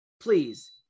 please